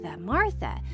Martha